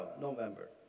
November